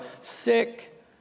sick